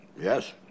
Yes